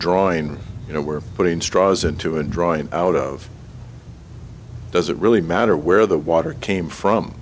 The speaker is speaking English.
drawing you know we're putting straws into a drawing out of does it really matter where the water came from